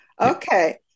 Okay